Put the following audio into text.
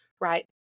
right